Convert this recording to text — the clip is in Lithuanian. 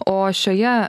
o šioje